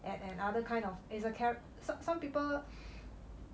and and other kind of it's a charac~ some people